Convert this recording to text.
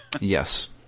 Yes